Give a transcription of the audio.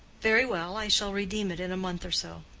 very well, i shall redeem it in a month or so.